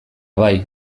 bai